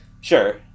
Sure